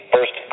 First